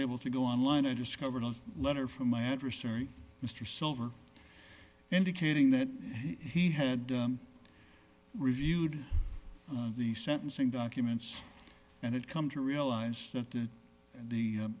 able to go online and discovered a letter from my adversary mr solver indicating that he had reviewed the sentencing documents and it come to realize that the